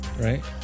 Right